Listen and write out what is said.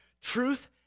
truth